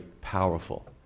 powerful